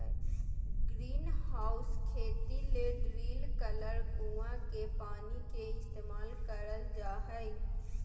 greenhouse खेती ले drill करल कुआँ के पानी के इस्तेमाल करल जा हय